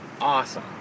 awesome